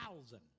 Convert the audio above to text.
thousand